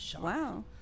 Wow